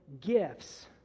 gifts